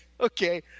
Okay